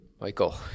Michael